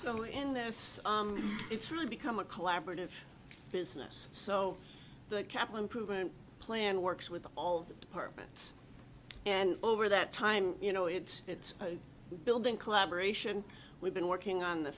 so in this it's really become a collaborative business so the kaplan program plan works with all of the departments and over that time you know it's it's building collaboration we've been working on the